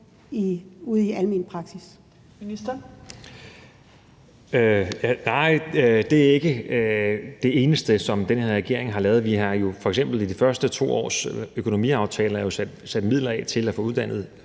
(Magnus Heunicke): Nej, det er ikke det eneste, som den her regering har lavet. Vi har jo f.eks. i de første 2 års økonomiaftaler sat midler af til at få uddannet